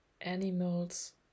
animals